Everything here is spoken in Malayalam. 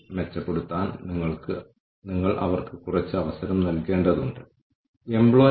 ഈ സാങ്കേതികവിദ്യയിൽ തകരാറുകൾ ഉണ്ടാകുമ്പോൾ നമ്മൾ ഫോൺ എടുത്ത് ദയവായി എന്നെ സഹായിക്കാമോ എന്ന് പറയുന്നു